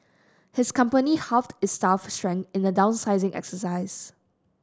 his company halved its staff strength in the downsizing exercise